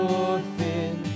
orphan